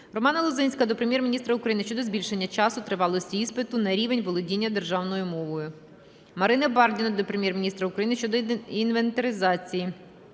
Романа Лозинського до Прем'єр-міністра України щодо збільшення часу тривалості іспиту на рівень володіння державною мовою. Марини Бардіної до Прем'єр-міністра України щодо інвентаризації